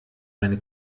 meine